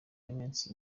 y’iminsi